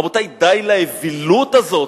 רבותי, די לאווילות הזאת.